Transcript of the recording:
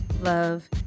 love